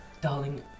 darling